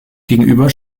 gegenüber